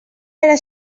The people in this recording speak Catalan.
era